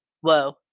Whoa